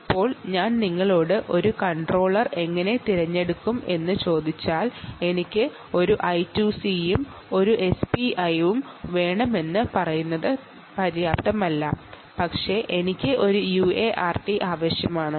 ഇപ്പോൾ ഞാൻ നിങ്ങളോട് ഒരു കൺട്രോളർ എങ്ങനെ തിരഞ്ഞെടുക്കും എന്ന് ചോദിച്ചാൽ എനിക്ക് ഒരു I2C യും ഒരു SPI ഉം വേണമെന്ന് പറയുന്നത് പര്യാപ്തമല്ല പക്ഷേ എനിക്ക് ഒരു UART ഉം ആവശ്യമാണ്